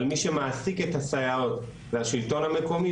אבל מי שמעסיק את הסייעות זה השלטון המקומי.